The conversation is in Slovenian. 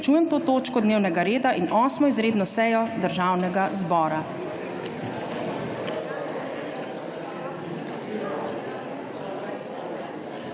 to točko dnevnega reda in 8. izredno sejo Državnega zbora.